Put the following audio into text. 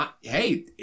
hey